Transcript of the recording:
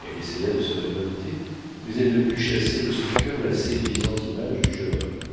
elle essaya de se révolter mais elle ne put chasser de son coeur la séduisante image du jeune homme